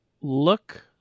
Look